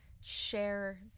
share